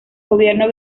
gobierno